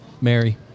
Mary